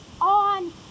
on